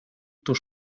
tus